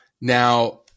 Now